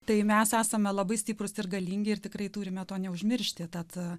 tai mes esame labai stiprūs ir galingi ir tikrai turime to neužmiršti tad